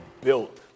built